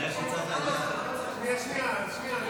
(הארכת זכאות), התשפ"ד 2023, בקריאה הראשונה.